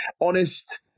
honest